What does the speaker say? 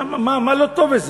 מה לא טוב בזה?